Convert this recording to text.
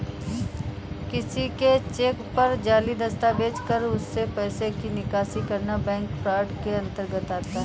किसी के चेक पर जाली दस्तखत कर उससे पैसे की निकासी करना बैंक फ्रॉड के अंतर्गत आता है